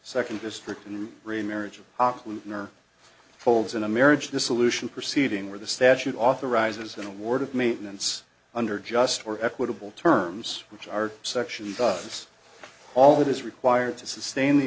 second district and remarriage of auckland or folds in a marriage dissolution proceeding where the statute authorizes an award of maintenance under just more equitable terms which are section does this all that is required to sustain the